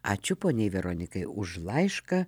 ačiū poniai veronikai už laišką